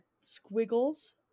squiggles